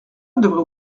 devrait